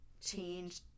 change